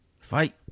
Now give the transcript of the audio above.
Fight